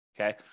okay